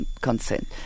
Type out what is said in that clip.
consent